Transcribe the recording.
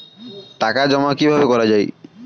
টাকা জমা কিভাবে করা য়ায়?